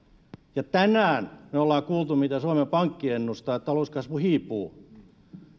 ja tänään me olemme kuulleet mitä suomen pankki ennustaa että talouskasvu hiipuu